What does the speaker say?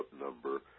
number